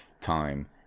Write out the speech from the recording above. time